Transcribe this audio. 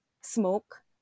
smoke